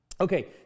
Okay